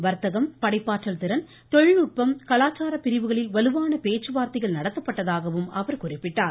வர்த்தகம் படைப்பாற்றல் திறன் தொழில் நுட்பம் கலாச்சார பிரிவுகளில் வலுவான பேச்சு வார்த்தைகள் நடத்தப்பட்டதாகவும் அவர் குறிப்பிட்டார்